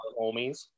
homies